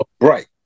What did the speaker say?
right